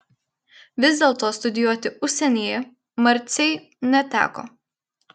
vis dėlto studijuoti užsienyje marcei neteko